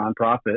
nonprofit